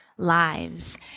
lives